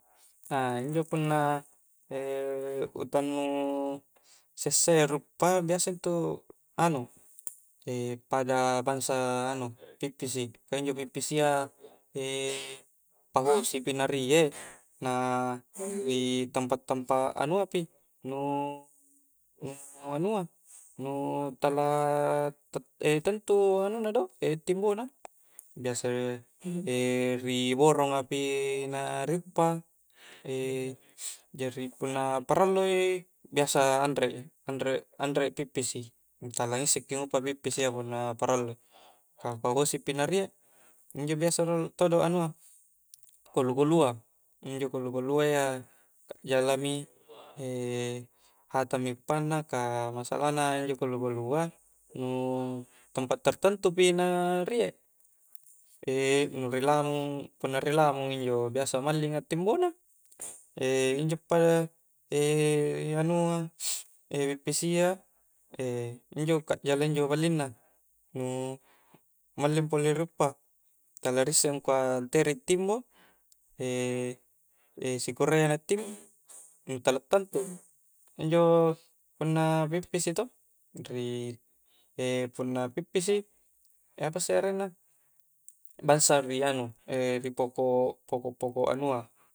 A injo' punna' e' utang nu' sesayya' di uppa', biasa itu anu' e' pada biasa anu' pippisi'i, kah injo' pippisi'i ya e' pangasipi' na rie' na' ri' tempa-tempat anu'api nu' anu'a nu' tala' tentu' anunna do' e' timbo'na biasa e' ri' boronga' pi' na rippa' e' jari' punna parallu'i biasa anre', anre', anre' pippisi', tala isseki guppa pippisi' iya punna parallu kah bosi'pi na rie' injo' biasa rolo' todo' anua' kolu-kolu'a, injo' kolu-kolu'a ya ka'jalami e' hatangmi empanna' kah masalah na injo' kolu-kolu'a nu' tempat tertentupi na rie' e nu' rilamung, punna ri lamung, punna ri lamung injo' biasa mallinga' timbo' na e injo' pa, e anu'a e pippisi'a e injo' ka'jala injo' balinna nu' malli' pa' ruppa' tala risse'i angkua' tere' timbo', e e sikuraya' na timbo nu tala' tantu' injo' punna pippisi' to ri' punna pippisi'i apa isse arengna masa ri anu', e ri' poko', poko-poko' anu'a